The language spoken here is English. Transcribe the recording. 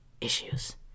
issues